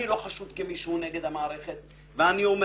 אני לא חשוד כמישהו נגד המערכת ואני אומר